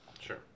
Sure